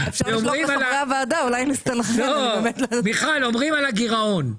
הביאו לי את הכתבה הזאת.